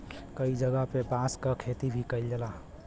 कई जगह पे बांस क खेती भी कईल जाला